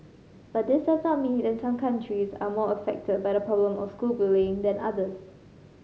but this does not mean that some countries are more affected by the problem of school bullying than others